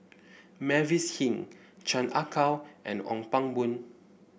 Mavis Hee Chan Ah Kow and Ong Pang Boon